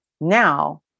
Now